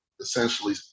essentially